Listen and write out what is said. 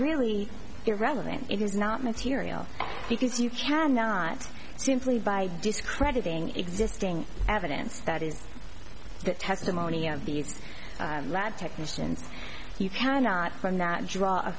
really irrelevant it is not material because you cannot simply by discrediting existing evidence that is the testimony of these lab technicians you cannot from that draw a